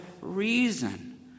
reason